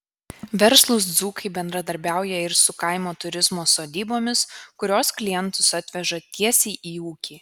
verslūs dzūkai bendradarbiauja ir su kaimo turizmo sodybomis kurios klientus atveža tiesiai į ūkį